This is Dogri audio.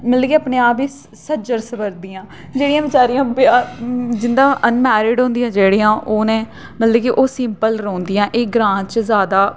मतलब कि अपने आप गी सजदी संवरदियां जेह्डियां बचैरियां ब्याह जिं'दा अनमैरिड होंदियां जेह्डियां उ'नें मतलब कि ओह् सिंपल रौंह्दियां एह् ग्रां च जैदा